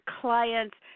clients